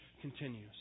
continues